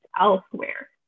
elsewhere